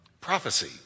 prophecy